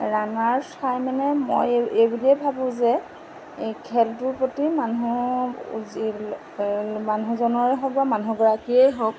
runners হাই মানে মই এই বুলিয়েই ভাবোঁ যে এই খেলটোৰ প্ৰতি মানুহৰ মানুহজনৰে হওক বা মানুহগৰাকীৰে হওক